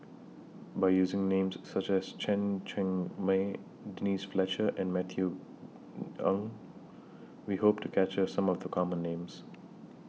By using Names such as Chen Cheng Mei Denise Fletcher and Matthew Ngui We Hope to capture Some of The Common Names